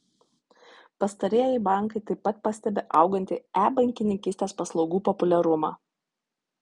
pastarieji bankai taip pat pastebi augantį e bankininkystės paslaugų populiarumą